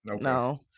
no